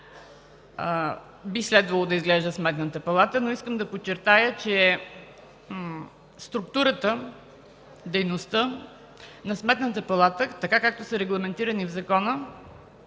би следвало да изглежда Сметната плата. Искам да подчертая, че структурата и дейността на Сметната палта, както са регламентирани в закона,